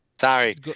sorry